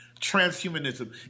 Transhumanism